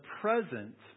present